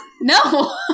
No